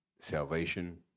salvation